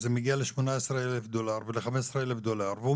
זה מגיע ל-18,000 דולר ול-15,000 דולר והוא